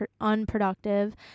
unproductive